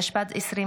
התשפ"ד 2024,